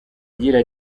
agira